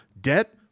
Debt